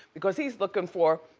because he's looking for,